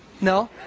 No